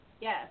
yes